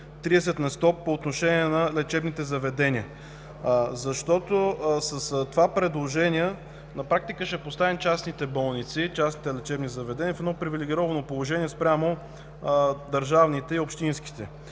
„30 на сто по отношение на лечебните заведения”. С това предложение на практика ще поставим частните болници, частните лечебни заведения в едно привилегировано положение спрямо държавните и общинските.